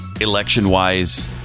election-wise